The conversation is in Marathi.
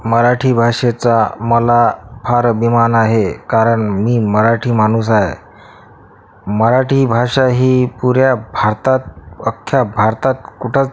मराठी भाषेचा मला फार अभिमान आहे कारण मी मराठी माणूस आहे मराठी भाषा ही पुऱ्या भारतात अख्ख्या भारतात कुठंच